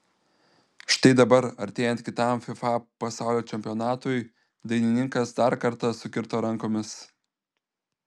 štai dabar artėjant kitam fifa pasaulio čempionatui dainininkas dar kartą sukirto rankomis